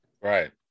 right